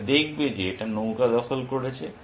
এটা দেখবে যে এটা নৌকা দখল করছে